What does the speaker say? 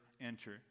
enter